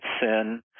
sin